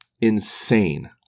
insane